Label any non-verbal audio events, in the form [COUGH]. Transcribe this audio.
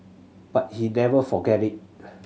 but he never forgot it [NOISE]